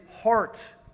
heart